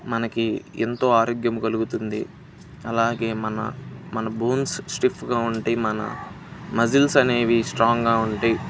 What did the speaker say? మనకి ఎంతో ఆరోగ్యం కలుగుతుంది అలాగే మన మన బోన్స్ స్టిఫ్గా ఉంటే మన మజిల్స్ అనేవి స్ట్రాంగ్గా ఉంటాయి